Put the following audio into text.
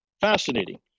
Fascinating